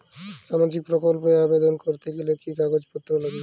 সামাজিক প্রকল্প এ আবেদন করতে গেলে কি কাগজ পত্র লাগবে?